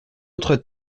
autre